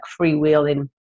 freewheeling